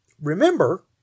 Remember